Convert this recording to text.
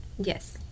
yes